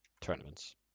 tournaments